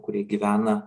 kurie gyvena